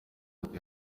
ati